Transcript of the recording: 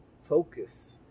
focus